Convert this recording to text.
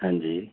हां जी